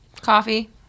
Coffee